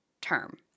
term